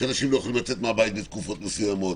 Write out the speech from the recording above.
שאנשים לא יכולים לצאת מהבית בתקופות מסוימות